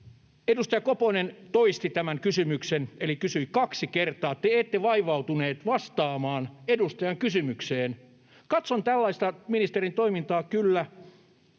edustaja Koponen toisti tämän kysymyksen eli kysyi kaksi kertaa. Te ette vaivautunut vastaamaan edustajan kysymykseen. En kyllä katso tällaista ministerin toimintaa kovin